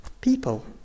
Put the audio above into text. people